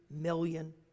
million